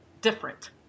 different